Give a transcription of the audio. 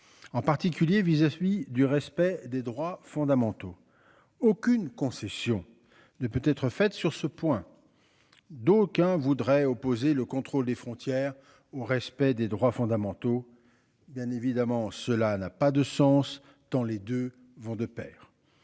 En particulier, vise à celui du respect des droits fondamentaux. Aucune concession ne peut être faite sur ce point. D'aucuns voudraient opposer le contrôle des frontières au respect des droits fondamentaux. Bien évidemment cela n'a pas de sens tant les 2 vont de Pair.